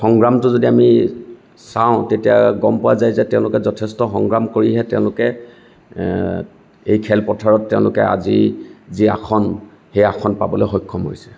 সংগ্ৰামখিনি যদি আমি চাওঁ তেতিয়া গম পোৱা যায় যে তেওঁলোকে যথেষ্ট সংগ্ৰাম কৰিহে তেওঁলোকে এই খেলপথাৰত আজি যি আসন সেই আসন পাবলৈ সক্ষম হৈছে